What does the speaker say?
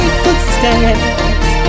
footsteps